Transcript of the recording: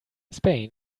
spain